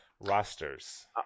rosters